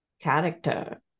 character